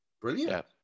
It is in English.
Brilliant